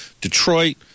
Detroit